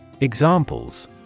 examples